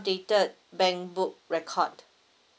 updated bank book record